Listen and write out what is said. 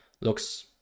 looks